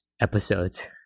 episodes